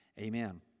amen